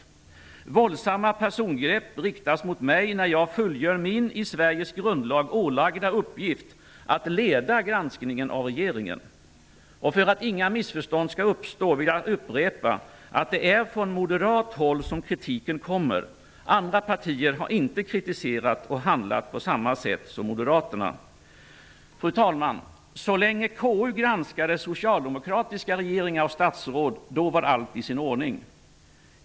Våldsamma personangrepp riktas mot mig, när jag fullgör min i Sveriges grundlag ålagda uppgift att leda granskningen av regeringen. För att inga missförstånd skall uppstå, vill jag upprepa att det är från moderat håll som kritiken kommer. Andra partier har inte kritiserat och handlat på samma sätt som Moderaterna. Fru talman! Så länge KU granskade socialdemokratiska regeringar och statsråd var allt i sin ordning.